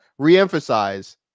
reemphasize